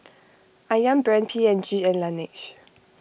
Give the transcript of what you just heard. Ayam Brand P and G and Laneige